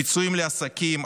הפיצויים לעסקים,